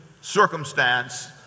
circumstance